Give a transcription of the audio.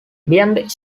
beyond